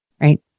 right